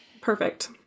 Perfect